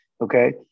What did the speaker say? okay